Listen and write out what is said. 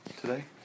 today